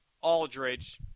Aldridge